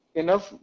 enough